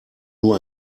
nur